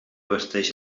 vesteix